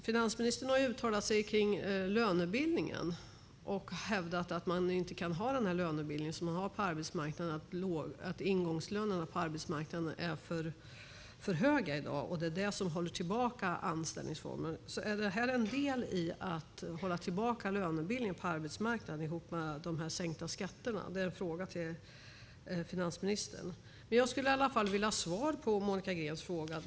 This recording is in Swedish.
Finansministern har uttalat sig om lönebildningen och hävdat att man inte kan ha den lönebildning som man har på arbetsmarknaden där ingångslönerna på arbetsmarknaden är för höga i dag. Det är tydligen det som håller tillbaka anställningsformen. Är detta en del i att hålla tillbaka lönebildningen på arbetsmarknaden ihop med de sänkta skatterna? Det är en fråga till finansministern. Jag skulle vilja ha svar på Monica Greens fråga.